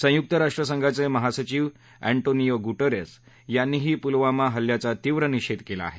संयुक राष्ट्रसंघाचे महासविव अँटोनिओ गुटेरस यांनीही पुलवादा हल्ल्याचा तीव्र निषेध केला आहे